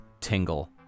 Tingle